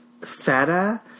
feta